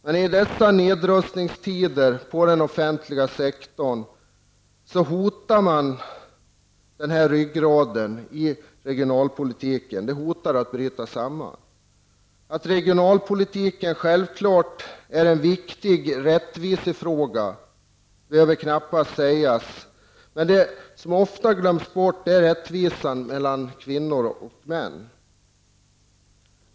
Men i dessa nedrustningens tider inom den offentliga sektorn hotar ryggraden i regionalpolitiken att bryta samman. Att regionalpolitiken självklart är en viktig rättvisfråga behöver knappast sägas. Men något som ofta glöms bort är rättvisan mellan kvinnor och män.